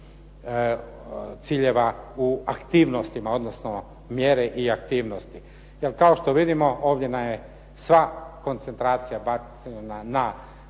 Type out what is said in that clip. ciljeva u aktivnostima, odnosno mjere i aktivnosti. Jer kao što vidimo ovdje nam je sva koncentracija …/Govornik